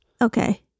Okay